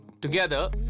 Together